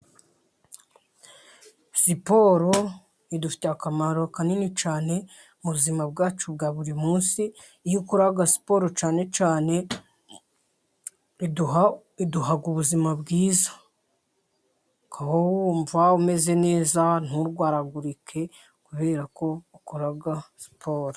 Siporo idufitiye akamaro kanini cyane mu buzima bwacu bwa buri munsi, iyo ukora siporo cyane cyane iduha ubuzima bwiza, ukaba wumva umeze neza nturwaragurike kubera ko ukora siporo.